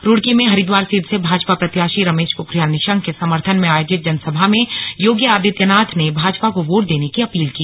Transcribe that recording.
रूड़की में हरिद्वार सीट से भाजपा प्रत्याशी रमेश पोखरियाल निशंक के समर्थन में आयोजित जनसभा में योगी आदित्यनाथ ने भाजपा को वोट देने की अपील की